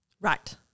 Right